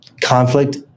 conflict